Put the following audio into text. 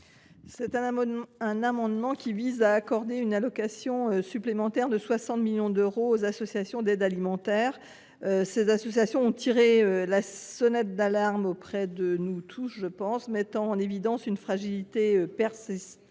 Cet amendement vise à accorder une allocation supplémentaire de 60 millions d’euros aux associations d’aide alimentaire. Ces associations ont tiré la sonnette d’alarme et mis en évidence leur fragilité persistante.